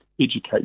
educate